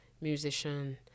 musician